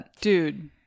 Dude